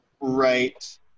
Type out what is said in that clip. right